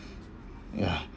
ya